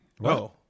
No